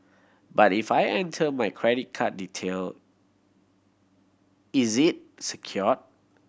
but if I enter my credit card detail is it secure